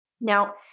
Now